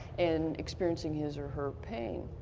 in experiencing his or her pain.